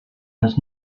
has